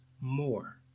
more